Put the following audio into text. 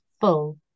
full